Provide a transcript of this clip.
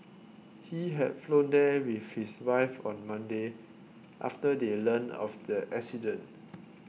he had flown there with his wife on Monday after they learnt of the accident